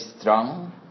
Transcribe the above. strong